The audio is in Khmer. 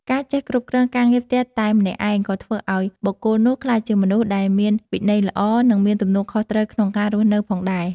ការចេះគ្រប់គ្រងការងារផ្ទះតែម្នាក់ឯងក៏ធ្វើឱ្យបុគ្គលនោះក្លាយជាមនុស្សដែលមានវិន័យល្អ និងមានទំនួលខុសត្រូវក្នុងការរស់នៅផងដែរ។